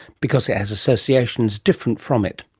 because it has associations different from it.